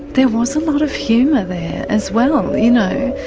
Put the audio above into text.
there was a lot of humour there as well you know,